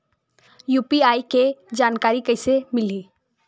UPI के जानकारी कइसे मिलही?